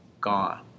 gone